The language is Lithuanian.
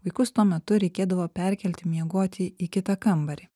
vaikus tuo metu reikėdavo perkelti miegoti į kitą kambarį